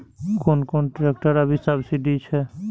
कोन कोन ट्रेक्टर अभी सब्सीडी छै?